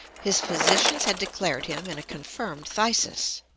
his physicians had declared him in a confirmed phthisis.